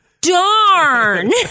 Darn